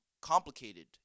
complicated